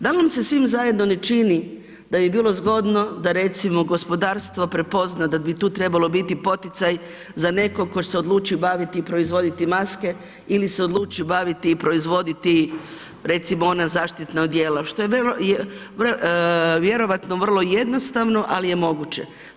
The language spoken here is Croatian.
Da li vam se svima zajedno ne čini da bi bilo zgodno da recimo, gospodarstvo prepozna da bi ti trebalo biti poticaj za nekog tko se odluči baviti i proizvoditi maske ili se odluči baviti i proizvoditi, recimo, ona zaštitna odjela, što je vrlo vjerojatno vrlo jednostavno, ali je moguće.